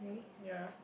yea